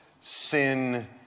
sin